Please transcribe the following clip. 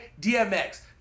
DMX